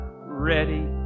ready